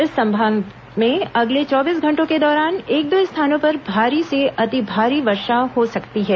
इस संभाग में अगले चौबीस घंटों के दौरान एक दो स्थानों पर भारी से अति भारी वर्षा हो सकती है